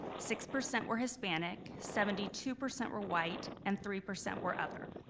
six percent were hispanic, seventy two percent were white, and three percent were other.